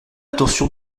attention